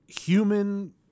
human –